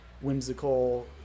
whimsical